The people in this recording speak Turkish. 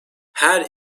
her